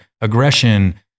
aggression